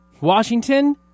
Washington